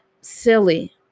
silly